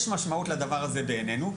יש משמעות לדבר הזה בעינינו,